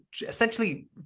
essentially